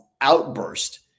outburst